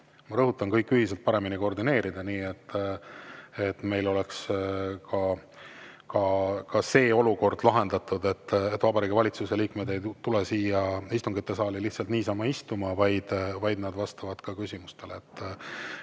ma rõhutan, kõik ühiselt paremini koordineerida nii, et meil oleks ka see olukord lahendatud, et Vabariigi Valitsuse liikmed ei tule siia istungite saali lihtsalt niisama istuma, vaid nad vastavad ka küsimustele.